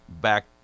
back